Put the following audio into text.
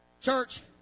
Church